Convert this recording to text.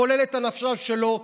כולל את אנשיו שלו,